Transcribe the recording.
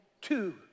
two